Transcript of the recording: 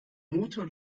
motor